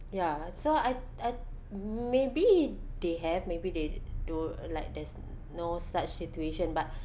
ya so I I maybe they have maybe they do like there's no such situation but